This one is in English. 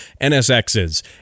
nsx's